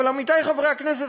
אבל עמיתי חברי הכנסת,